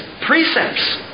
precepts